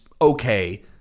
okay